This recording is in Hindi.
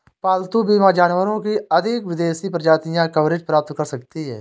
पालतू बीमा जानवरों की अधिक विदेशी प्रजातियां कवरेज प्राप्त कर सकती हैं